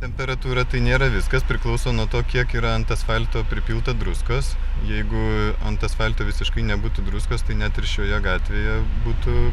temperatūra tai nėra viskas priklauso nuo to kiek yra ant asfalto pripilta druskos jeigu ant asfalto visiškai nebūtų druskos tai net ir šioje gatvėje būtų